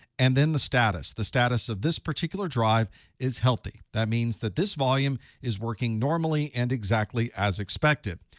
and then the status. the status of this particular drive is healthy. that means that this volume is working normally and exactly as expected.